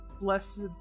Blessed